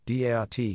DART